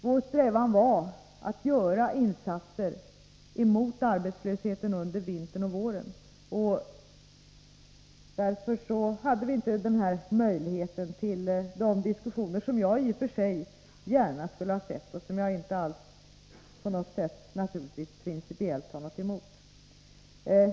Vår strävan var att göra insatser mot arbetslösheten under vintern och våren, och därför hade vi inte denna möjlighet till de diskussioner som jag i och för sig gärna skulle ha sett och som jag naturligtvis inte alls på något sätt principiellt har något emot.